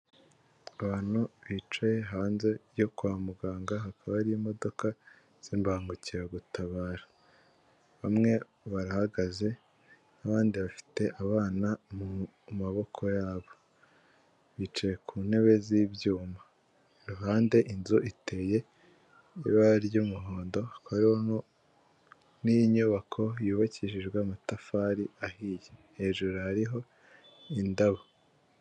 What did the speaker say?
Abantu bicaye hanze yo kwa muganga hakaba hari imodoka z'ibangukira gutabara bamwe barahagaze n'abandi bafite abana mu maboko yabo, bicaye ku ntebe z'ibyuma, iruhande inzu iteye ibara ry'umuhondo hakaba hariho n'inyubako yubakishijwe amatafari ahiye hejuru hariho indabo.